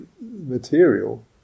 material